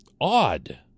odd